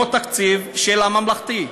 אותו תקציב, של הממלכתי.